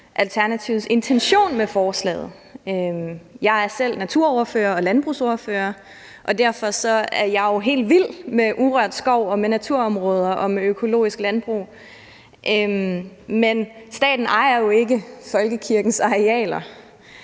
Alternativets intention med forslaget. Jeg er selv naturordfører og landbrugsordfører, og derfor er jeg jo helt vild med urørt skov og med naturområder og med økologisk landbrug, men staten ejer jo ikke folkekirkens arealer,